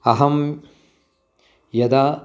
अहं यदा